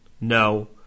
No